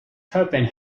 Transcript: helping